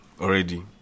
already